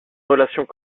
relations